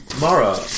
Mara